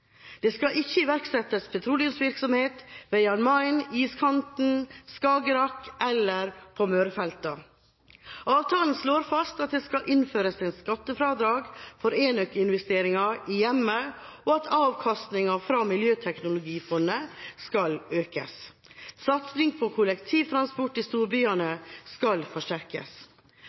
Det skal ikke iverksettes petroleumsvirksomhet ved Jan Mayen, iskanten, Skagerrak eller på Mørefeltene. Avtalen slår fast at det skal innføres et skattefradrag for enøk-investeringer i hjemmet, og at avkastningen fra miljøteknologifondet skal økes. Satsingen på kollektivtransport i storbyene skal forsterkes.